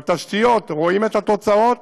ובתשתיות רואים את התוצאות.